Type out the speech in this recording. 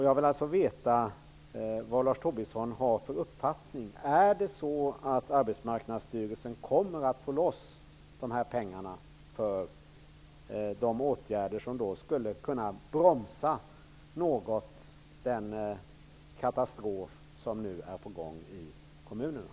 Jag vill veta vad Lars Tobisson har för uppfattning. Kommer Arbetsmarknadsstyrelsen att få loss de här pengarna för de åtgärder som något skulle kunna bromsa den katastrof som nu är på gång i kommunerna?